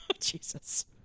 Jesus